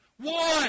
One